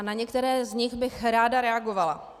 Na některé z nich bych ráda reagovala.